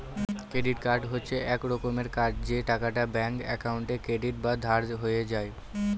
credit card হচ্ছে এক রকমের কার্ড যে টাকাটা ব্যাঙ্ক একাউন্টে ক্রেডিট বা ধার হয়ে যায়